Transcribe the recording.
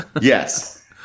Yes